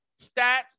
stats